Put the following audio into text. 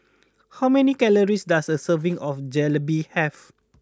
how many calories does a serving of Jalebi have